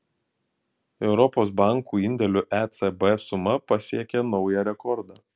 europos bankų indėlių ecb suma pasiekė naują rekordą